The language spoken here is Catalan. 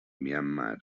myanmar